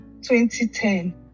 2010